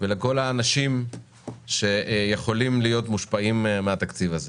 ולכל האנשים שיכולים להיות מושפעים מהתקציב הזה.